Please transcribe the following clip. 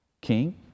King